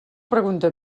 pregunta